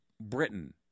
Britain